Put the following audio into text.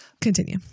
Continue